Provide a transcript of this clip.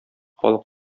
халык